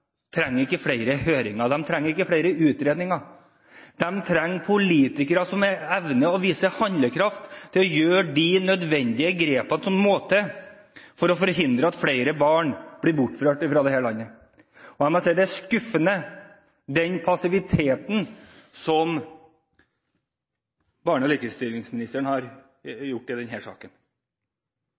trenger ikke flere høringer, de trenger ikke flere utredninger. De trenger politikere som evner å vise handlekraft til å gjøre de nødvendige grepene som må til for å forhindre at flere barn blir bortført fra dette landet. Jeg må si det er skuffende å se den passiviteten som barne- og likestillingsministeren har vist i denne saken.